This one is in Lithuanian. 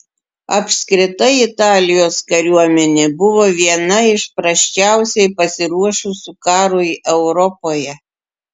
apskritai italijos kariuomenė buvo viena iš prasčiausiai pasiruošusių karui europoje